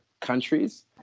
countries